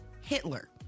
Hitler